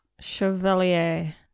Chevalier